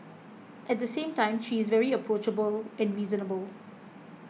at the same time she is very approachable and reasonable